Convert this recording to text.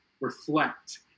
reflect